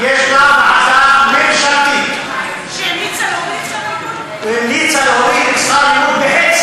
יש ועדה ממשלתית, שהמליצה להוריד את שכר הלימוד?